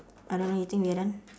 I don't know you think we are done